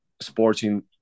Sporting